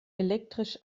elektrisch